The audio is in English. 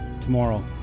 Tomorrow